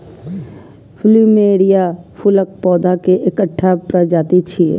plumeria फूलक पौधा के एकटा प्रजाति छियै